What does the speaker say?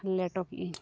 ᱞᱮᱴᱚ ᱠᱮᱫᱟᱧ